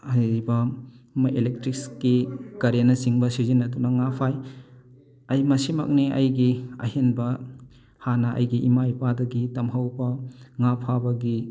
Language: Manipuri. ꯑꯍꯩꯕ ꯑꯦꯂꯦꯛꯇ꯭ꯔꯤꯛꯁꯀꯤ ꯀꯔꯦꯟꯅꯆꯤꯡꯕ ꯁꯤꯖꯤꯟꯅꯗꯨꯅ ꯉꯥ ꯐꯥꯏ ꯑꯩ ꯃꯁꯤꯃꯛꯅꯤ ꯑꯩꯒꯤ ꯑꯍꯦꯟꯕ ꯍꯥꯟꯅ ꯑꯩꯒꯤ ꯏꯃꯥ ꯏꯄꯥꯗꯒꯤ ꯇꯝꯍꯧꯕ ꯉꯥ ꯐꯥꯕꯒꯤ